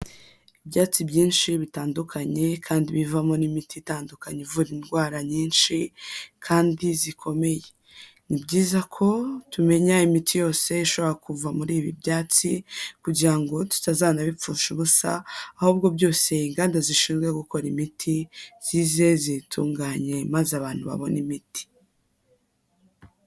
Ibyatsi byinshi bitandukanye kandi bivamo n'imiti itandukanye ivura indwara nyinshi kandi zikomeye, ni byiza ko tumenya imiti yose ishobora kuva muri ibi byatsi kugira ngo tutazanabipfusha ubusa ahubwo byose inganda zishinzwe gukora imiti zize ziyitunganye maze abantu babone imiti.